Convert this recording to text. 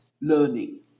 learning